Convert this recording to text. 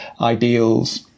ideals